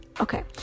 Okay